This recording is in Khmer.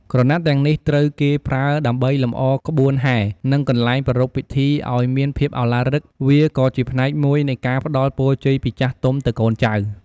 ក្រណាត់ទាំងនេះត្រូវគេប្រើដើម្បីលម្អក្បួនហែ និងកន្លែងប្រារព្ធពិធីឱ្យមានភាពឱឡារិក វាក៏ជាផ្នែកមួយនៃការផ្តល់ពរជ័យពីចាស់ទុំទៅកូនចៅ។